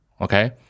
okay